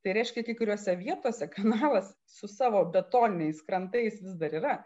tai reiškia kai kuriose vietose kanalas su savo betoniniais krantais vis dar yra